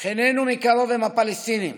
שכנינו מקרוב הם הפלסטינים,